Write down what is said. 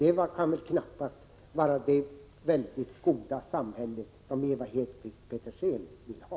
Det kan knappast vara det goda samhälle som Ewa Hedkvist Petersen vill ha.